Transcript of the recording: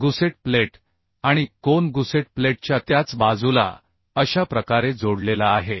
gusset plate आणि कोन gusset प्लेटच्या त्याच बाजूला अशा प्रकारे जोडलेला आहे